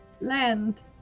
land